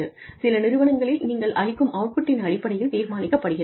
சில நிறுவனங்களில் நீங்கள் அளிக்கும் அவுட்புட்டின் அடிப்படையில் தீர்மானிக்கப்படுகிறது